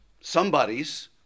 somebody's